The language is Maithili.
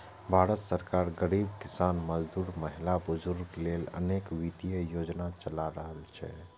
भारत सरकार गरीब, किसान, मजदूर, महिला, बुजुर्ग लेल अनेक वित्तीय योजना चला रहल छै